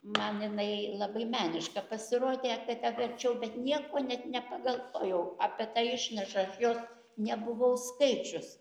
man jinai labai meniška pasirodė kada verčiau bet nieko net nepagalvojau apie tą išnašą aš jos nebuvau skaičius